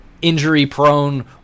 injury-prone